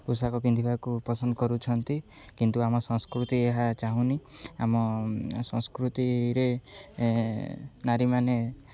ପୋଷାକ ପିନ୍ଧିବାକୁ ପସନ୍ଦ କରୁଛନ୍ତି କିନ୍ତୁ ଆମ ସଂସ୍କୃତି ଏହା ଚାହୁଁନି ଆମ ସଂସ୍କୃତିରେ ନାରୀମାନେ